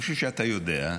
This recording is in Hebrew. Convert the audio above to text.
אני חושב שאתה יודע,